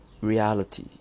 reality